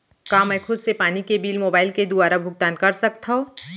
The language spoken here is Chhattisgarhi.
का मैं खुद से पानी के बिल मोबाईल के दुवारा भुगतान कर सकथव?